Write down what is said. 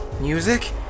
music